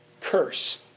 curse